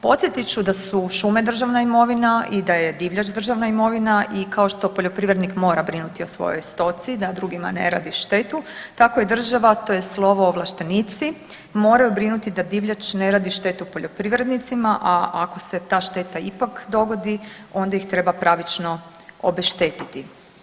Podsjetit ću da su šume državna imovina i da je divljač državna imovina i kao što poljoprivrednik mora brinuti o svojoj stoci da drugima ne radi štetu, tako i država tj. lovoovlaštenici moraju brinuti da divljač ne radi štetu poljoprivrednicima, a ako se ta šteta ipak dogodi onda ih treba pravično obeštetiti.